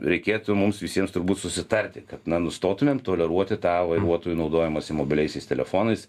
reikėtų mums visiems turbūt susitarti kad na nustotumėm toleruoti tą vairuotojų naudojimosi mobiliaisiais telefonais